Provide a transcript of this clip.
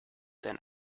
than